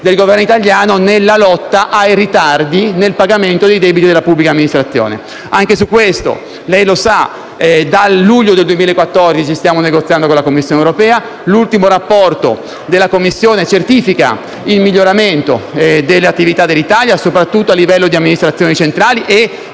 del Governo italiano nella lotta ai ritardi nel pagamento dei debiti della pubblica amministrazione. Anche su questo - come sa - dal luglio 2014 stiamo negoziando con la Commissione europea. L'ultimo rapporto della Commissione certifica il miglioramento delle attività dell'Italia, soprattutto a livello di amministrazioni centrali, e